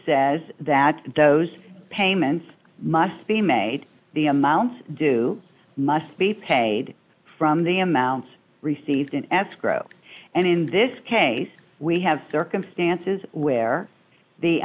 says that those payments must be made the amounts due must be paid from the amounts received in escrow and in this case we have circumstances where the